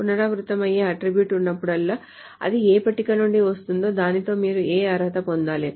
పునరావృతమయ్యే అట్ట్రిబ్యూట్ ఉన్నప్పుడల్లా అది ఏ పట్టిక నుండి వస్తుందో దానితో మీరు అర్హత పొందాలి